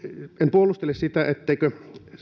puolustele sitä etteikö